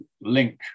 link